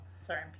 Sorry